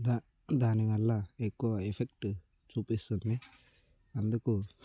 దా దాని వల్ల ఎక్కువ ఎఫెక్టు చూపిస్తుంది అందుకు